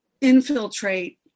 infiltrate